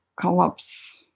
collapse